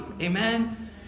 Amen